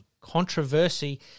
controversy